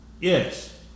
Yes